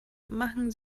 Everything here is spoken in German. machen